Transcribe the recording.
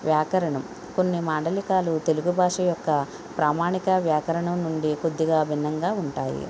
వ్యాకరణం కొన్ని మాండలికాలు తెలుగు భాష యొక్క ప్రామాణిక వ్యాకరణం నుండి కొద్దిగా భిన్నంగా ఉంటాయి